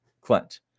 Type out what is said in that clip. Clint